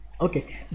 Okay